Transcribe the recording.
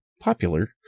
popular